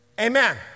Amen